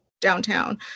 downtown